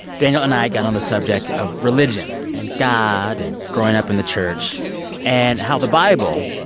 daniel and i got on the subject of religion and god and growing up in the church and how the bible,